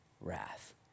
wrath